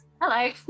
Hello